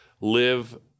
live